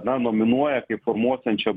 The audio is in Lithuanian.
na nominuoja kaip formuosiančią